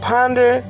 Ponder